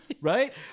right